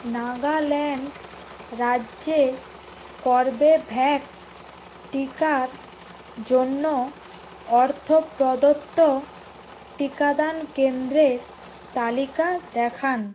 নাগাল্যান্ড রাজ্যে কর্বেভ্যাক্স টিকার জন্য অর্থ প্রদত্ত টিকাদান কেন্দ্রের তালিকা দেখান